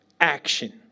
action